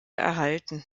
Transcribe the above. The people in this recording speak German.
erhalten